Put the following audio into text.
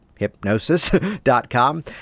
hypnosis.com